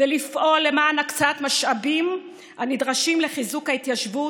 ולפעול למען הקצאת משאבים הנדרשים לחיזוק ההתיישבות,